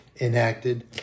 enacted